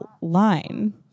line